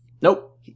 Nope